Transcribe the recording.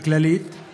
הכללית, היא